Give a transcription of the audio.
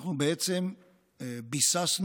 אנחנו בעצם ביססנו,